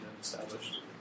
established